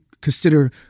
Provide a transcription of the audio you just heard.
consider